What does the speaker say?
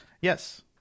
Yes